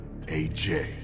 AJ